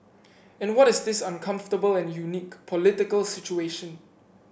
and what is this uncomfortable and unique political situation